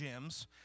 gyms